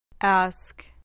Ask